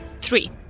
three